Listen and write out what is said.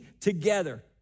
together